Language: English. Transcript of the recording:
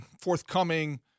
forthcoming